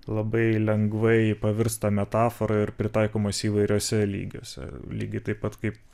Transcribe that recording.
labai lengvai pavirsta metafora ir pritaikomas įvairiuose lygiuose lygiai taip pat kaip